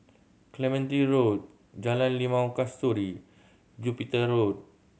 Clementi Road Jalan Limau Kasturi Jupiter Road